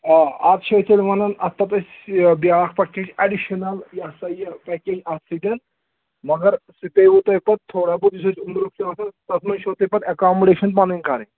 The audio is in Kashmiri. آ اَتھ چھِ أسۍ ییٚلہِ وَنان اَتھ پتہٕ أسۍ بیٛاکھ پکچیج ایڈِشنَل یہِ ہسا یہِ پیکیج اَتھ سۭتۍ مگر سُہ پیٚوٕ تۄہہِ پَتہٕ تھوڑا بہت یُس أسۍ عمرُکھ چھُ آسَان تَتھ منٛز چھِو تۄہہِ پَتہٕ اٮ۪کامُڈیشَن پَنٕنۍ کَرٕنۍ